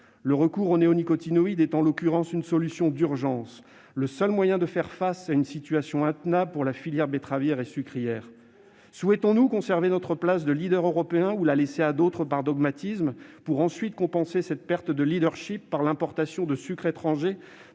Le recours aux néonicotinoïdes est, en l'occurrence, une solution d'urgence. C'est le seul moyen de faire face à une situation intenable pour la filière betteravière et sucrière. Souhaitons-nous conserver notre place de leader européen ou la laisser à d'autres par dogmatisme, pour ensuite compenser cette perte de leadership par l'importation de sucres étrangers